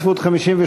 41,